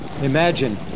Imagine